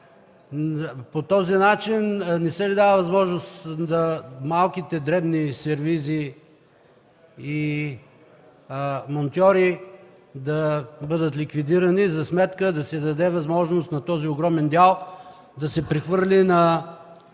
по този начин не се ли дава възможност малките, дребни сервизи и монтьори да бъдат ликвидирани за сметка да се даде възможност този огромен дял да се прехвърли на